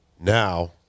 now